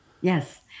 Yes